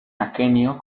aquenio